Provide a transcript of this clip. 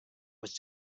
was